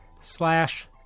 slash